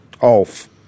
off